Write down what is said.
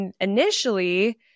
initially